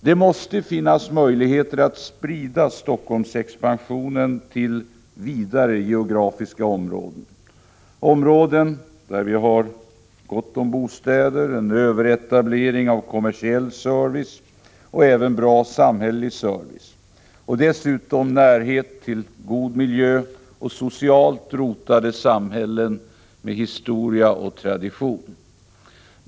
Det måste finnas möjligheter att sprida ”Helsingforssexpansionen” till vidare geografiska områden — områden där det finns gott om bostäder, en överetablering av kommersiell service och även bra samhällelig service och dessutom närhet till en god miljö och socialt rotade samhällen med historia och tradition.